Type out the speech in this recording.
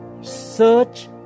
search